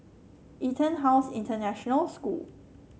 EtonHouse International School